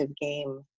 game